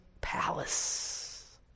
palace